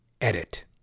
edit